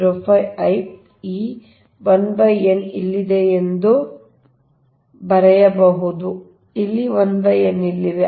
4605 I ಈ 1n ಇಲ್ಲಿದೆ ಎಂದು ಬರೆಯಬಹುದು ಇಲ್ಲಿ 1 n ಇಲ್ಲಿದೆ